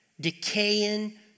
decaying